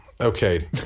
okay